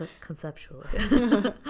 Conceptually